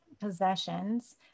possessions